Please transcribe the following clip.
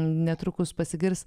netrukus pasigirs